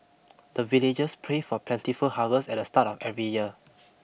the villagers pray for plentiful harvest at the start of every year